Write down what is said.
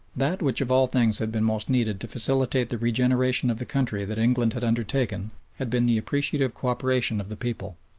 that which of all things had been most needed to facilitate the regeneration of the country that england had undertaken had been the appreciative co-operation of the people.